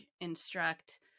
instruct